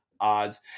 odds